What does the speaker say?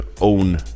own